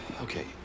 Okay